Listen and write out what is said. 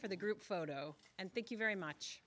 for the group photo and thank you very much